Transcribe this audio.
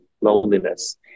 loneliness